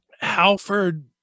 Halford